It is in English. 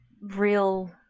real